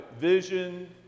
vision